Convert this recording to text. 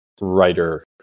writer